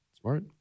smart